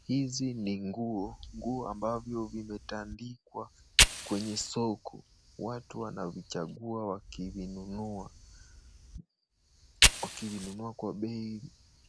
Hizi ni nguo nguo ambavyo vimetandikwa kwenye soko. Watu wanavichagua wavinunua kwa bei